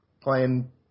playing